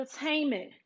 entertainment